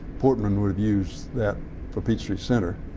portland would have used that for peachtree center